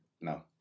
no